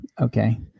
Okay